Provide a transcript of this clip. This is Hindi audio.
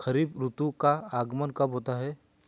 खरीफ ऋतु का आगमन कब होता है?